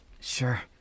Sure